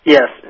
Yes